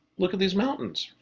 look at these mountains.